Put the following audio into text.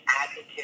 advocate